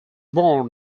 born